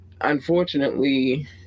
unfortunately